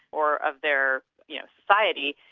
or of their you know society.